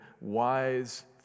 wise